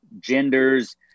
genders